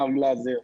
מר גלזר,